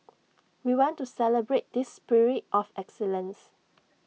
we want to celebrate this spirit of excellence